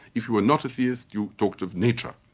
if you were not a theist, you talked of nature,